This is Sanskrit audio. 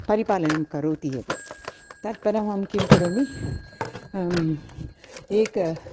परिपालनं करोति एव तत्परम् अहं किं करोमि एकम्